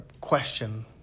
question